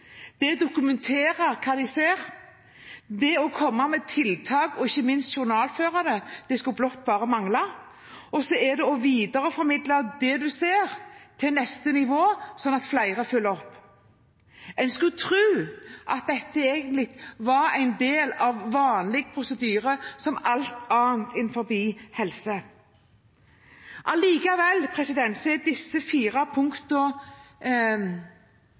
det er å dokumentere det de ser, det er å komme med tiltak, og det er ikke minst å journalføre det – det skulle bare mangle. Så er det å videreformidle det man ser, til neste nivå, slik at flere følger opp. En skulle tro at dette egentlig var en del av vanlig prosedyre, som alt annet innenfor helse. Allikevel er disse fire punktene